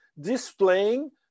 displaying